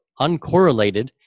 uncorrelated